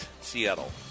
Seattle